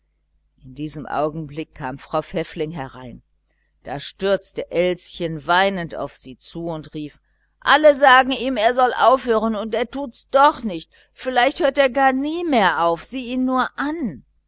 in diesem augenblick kam frau pfäffling herein da stürzte sich elschen weinend auf sie zu und rief alle sagen ihm er soll aufhören und er tut's doch nicht vielleicht hört er gar nie mehr auf sieh ihn nur an